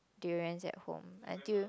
durians at home until